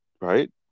right